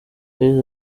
yagize